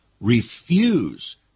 refuse